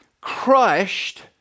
crushed